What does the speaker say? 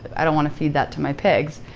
i don't wanna feed that to my pigs.